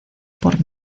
por